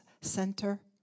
center